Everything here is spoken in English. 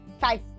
five